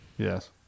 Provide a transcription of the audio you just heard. Yes